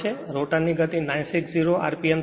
તેથી રોટરની ગતિ 960 rpm છે